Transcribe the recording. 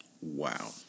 Wow